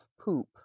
poop